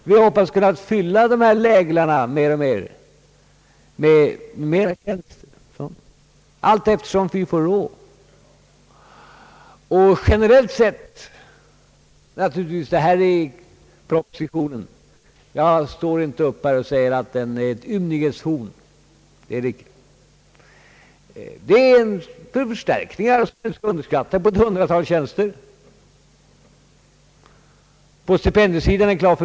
Vi hoppas kunna fylla de här läglarna mer och mer med ytterligare tjänster allteftersom vi får råd härtill. Jag står inte upp här och säger att propositionen är ett ymnighetshorn. Den innebär förstärkningar med ett hundratal tjänster, som inte skall underskattas.